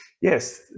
Yes